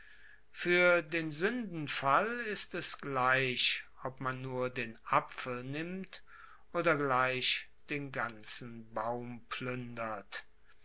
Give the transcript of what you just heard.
fuer den suendenfall ist es gleich ob man nur den apfel nimmt oder gleich den baum pluendert